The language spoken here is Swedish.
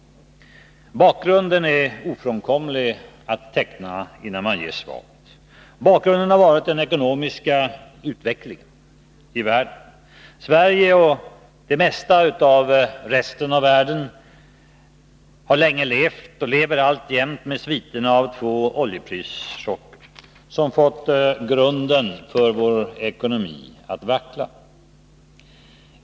Det är ofrånkomligt att teckna bakgrunden innan man ger svaret. Bakgrunden har varit den ekonomiska utvecklingen i världen. Sverige och större delen av resten av världen har länge levt och lever alltjämt med sviterna av två oljeprischocker, som fått grunden för vår ekonomi att vackla.